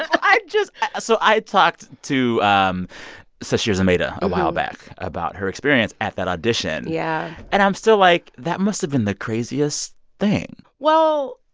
i just so i talked to um sasheer zamata a while back about her experience at that audition yeah and i'm still, like, that must have been the craziest thing well,